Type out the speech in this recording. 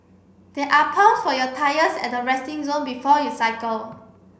there are pumps for your tyres at the resting zone before you cycle